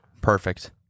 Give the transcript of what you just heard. perfect